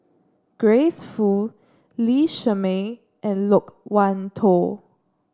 Grace Fu Lee Shermay and Loke Wan Tho